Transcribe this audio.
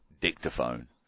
dictaphone